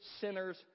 sinners